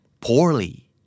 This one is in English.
Poorly